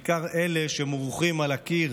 בעיקר אלה שמרוחים על הקיר